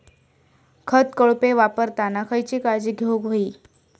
खत कोळपे वापरताना खयची काळजी घेऊक व्हयी?